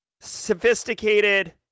sophisticated